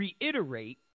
reiterate